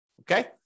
okay